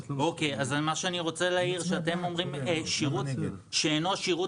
אז אני רוצה להעיר שאתם אומרים "שאינו שירות